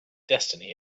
destiny